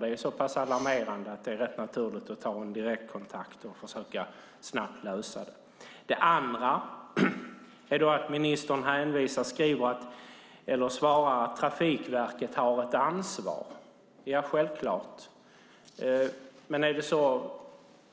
Det är så pass alarmerande att det är rätt naturligt att ta en direktkontakt för att snabbt lösa det. Det andra är att ministern svarar att Trafikverket har ett ansvar. Det är självklart. Men är det så